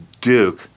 Duke